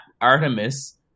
artemis